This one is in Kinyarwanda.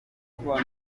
bwakozwe